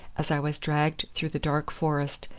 as i was dragged through the dark forest,